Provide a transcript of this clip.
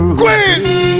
queens